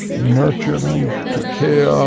nurtured them, took care